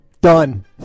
Done